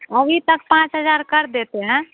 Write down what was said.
अभी तक पाँच हज़ार कर देते हैं